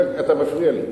אתה מפריע לי.